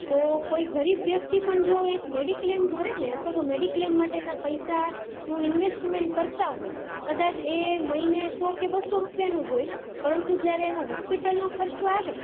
તો કોઈ ગરીબ વ્યક્તિ પણ જો એક મેડિક્લેમ ભરે ને અથવા તો મેડિક્લેમ માટેના પૈસા હું ઇન્વેસ્ટમેન્ટ કરતાં હોઈએ કદાચ એ મહિને સો કે બસો રૂપિયાનું જ હોય પરંતુ જ્યારે એનો હોસ્પિટલનો ખર્ચો આવે